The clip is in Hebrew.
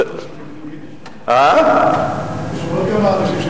יש פה עוד כמה אנשים שמבינים יידיש.